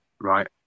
right